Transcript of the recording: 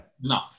no